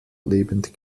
lebend